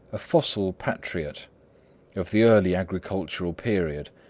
a fossil patriot of the early agricultural period,